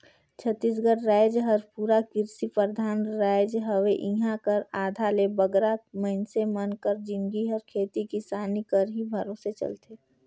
छत्तीसगढ़ राएज हर पूरा किरसी परधान राएज हवे इहां कर आधा ले बगरा मइनसे मन कर जिनगी हर खेती किसानी कर ही भरोसे चलथे